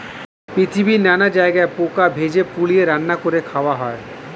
পৃথিবীর নানা জায়গায় পোকা ভেজে, পুড়িয়ে, রান্না করে খাওয়া হয়